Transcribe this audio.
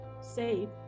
Save